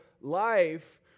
life